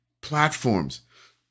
platforms